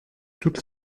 toutes